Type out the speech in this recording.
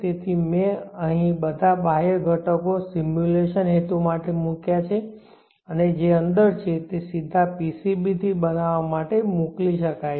તેથી મેં આ બધા બાહ્ય ઘટકો સિમ્યુલેશન હેતુ માટે મૂક્યા છે અને જે અંદર છે તે સીધા PCB બનાવવા માટે મોકલી શકાય છે